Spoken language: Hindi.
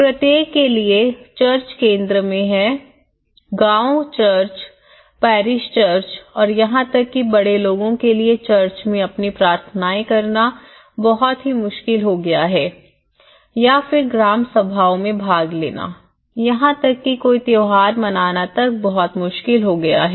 प्रत्येक के लिए चर्च केंद्र मैं है गाँव चर्च पैरिश चर्च और यहाँ तक कि बड़े लोगों के लिए चर्च में अपनी प्रार्थनाएँ करना बहुत ही मुश्किल हो गया है या फिर ग्राम सभाओं में भाग लेना यहां तक कि कोई त्योहार मनाना तक बहुत मुश्किल हो गया है